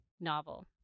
novel